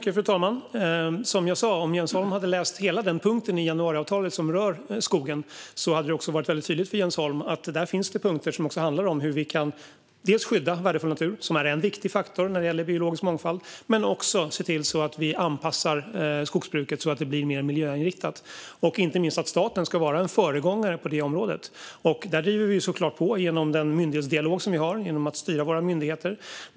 Fru talman! Om Jens Holm hade läst hela punkten i januariavtalet som rör skogen hade det varit väldigt tydligt för honom att det där finns punkter som handlar om hur vi kan skydda värdefull natur, som är en viktig faktor när det gäller biologisk mångfald, men också om hur vi ser till att anpassa skogsbruket så att det blir mer miljöinriktat och inte minst att staten ska vara en föregångare på detta område. Där driver vi såklart på genom den myndighetsdialog som vi har, genom att styra våra myndigheter.